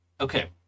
Okay